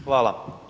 Hvala.